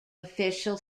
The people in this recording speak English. official